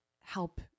help